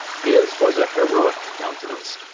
his was a heroic countenance,